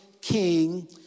king